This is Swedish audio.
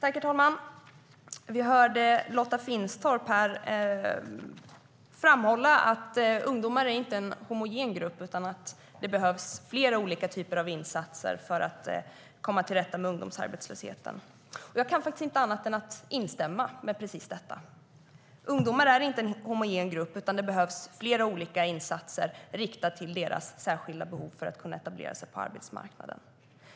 Herr talman! Vi hörde Lotta Finstorp framhålla att ungdomar inte är en homogen grupp och att det behövs flera olika typer av insatser för att komma till rätta med ungdomsarbetslösheten. Jag kan inte annat än instämma i detta. Ungdomar är inte en homogen grupp, utan det behövs flera olika insatser riktade mot deras särskilda behov för att de ska kunna etablera sig på arbetsmarknaden.